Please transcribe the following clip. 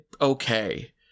okay